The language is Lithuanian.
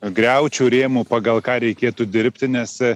griaučių rėmų pagal ką reikėtų dirbti nes